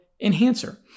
enhancer